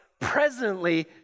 presently